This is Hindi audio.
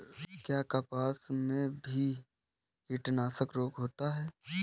क्या कपास में भी कीटनाशक रोग होता है?